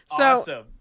Awesome